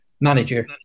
manager